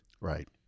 Right